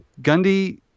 Gundy